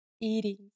eating